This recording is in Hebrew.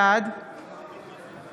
בעד